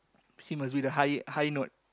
he must be the high high note